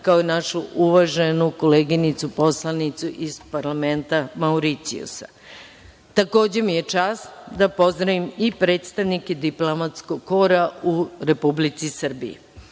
kao našu uvaženu koleginicu poslanicu iz parlamenta Mauricijusa. Takođe, mi je čast da pozdravim i predstavnike diplomatskog kora u Republici Srbiji. Sada